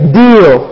deal